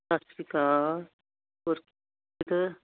ਸਤਿ ਸ਼੍ਰੀ ਅਕਾਲ ਹੋਰ